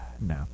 No